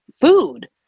food